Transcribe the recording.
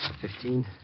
fifteen